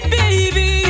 baby